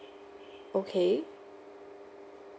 okay